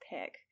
pick